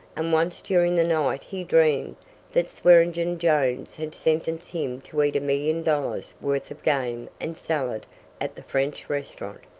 and once during the night he dreamed that swearengen jones had sentenced him to eat a million dollars' worth of game and salad at the french restaurant.